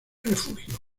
refugio